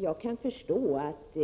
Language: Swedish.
Jag kan förstå att